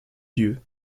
dieu